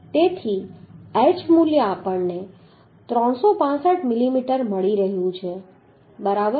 તેથી h મૂલ્ય આપણને 365 મિલીમીટર મળી રહ્યું છે બરાબર